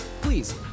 Please